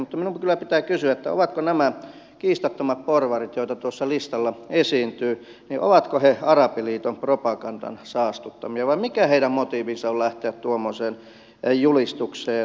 mutta minun kyllä pitää kysyä ovatko nämä kiistattomat porvarit joita tuolla listalla esiintyy arabiliiton propagandan saastuttamia vai mikä heidän motiivinsa on lähteä tuommoiseen julistukseen mukaan